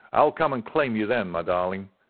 i will come and claim you then, my darling.